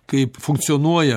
kaip funkcionuoja